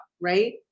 right